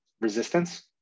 resistance